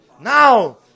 Now